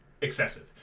excessive